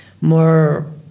more